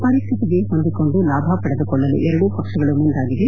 ಪರಿಸ್ಥಿತಿಗೆ ಹೊಂದಿಕೊಂಡು ಲಾಭ ಪಡೆದುಕೊಳ್ಳಲು ಎರಡೂ ಪಕ್ಷಗಳು ಮುಂದಾಗಿವೆ